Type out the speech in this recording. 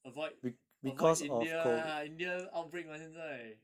avoid avoid india ah india outbreak 吗现在